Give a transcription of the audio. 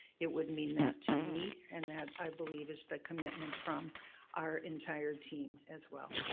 it would mean that to me and that, i believe, is the commitment from our entire team as well.